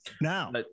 now